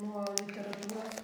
nuo literatūros